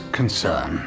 concern